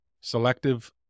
selective